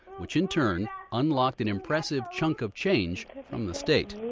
which in turn unlocked an impressive chunk of change from the state